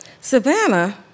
Savannah